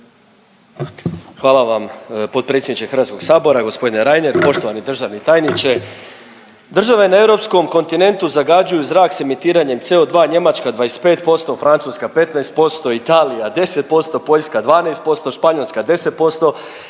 Hvala vam potpredsjedniče Hrvatskog sabora gospodine Reiner. Poštovani državni tajniče, države na europskom kontinentu zagađuju zrak s emitiranjem CO2 Njemačka 25%, Francuska 15%, Italija 10%, Poljska 12%, Španjolska 10%,